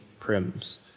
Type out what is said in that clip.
prims